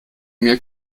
mir